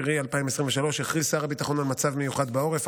באוקטובר 2023 הכריז שר הביטחון על מצב מיוחד בעורף,